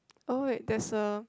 oh wait there's a